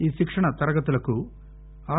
ఈ శిక్షణా తరగతులకు ఆర్